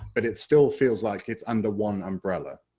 but it still feels like it's under one umbrella,